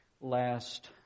last